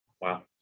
Wow